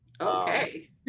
okay